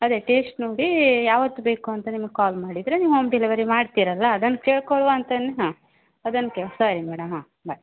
ಅದೇ ಟೇಸ್ಟ್ ನೋಡಿ ಯಾವತ್ತು ಬೇಕು ಅಂತ ನಿಮ್ಗೆ ಕಾಲ್ ಮಾಡಿದರೆ ನೀವು ಹೋಮ್ ಡೆಲವರಿ ಮಾಡ್ತೀರಲ್ಲ ಅದನ್ನು ಕೇಳ್ಕೊಳ್ಳುವ ಅಂತಲೇ ಹಾಂ ಅದನ್ನು ಕೇಳಿ ಸರಿ ಮೇಡಮ್ ಹಾಂ ಬಾಯ್